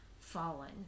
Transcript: fallen